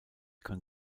kann